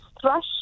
thrush